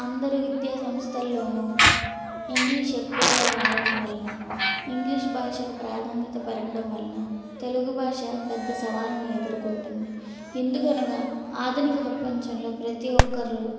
అందరు విద్యా సంస్థల్లోను ఇంగ్లీష్ ఎక్కువగా వాడడం వలన ఇంగ్లీష్ భాషకు ప్రాధాన్యత పెరగడం వలన తెలుగు భాష పెద్ద సవాలును ఎదుర్కొంటుంది ఎందుకనగా ఆధునిక ప్రపంచంలో ప్రతి ఒక్కరు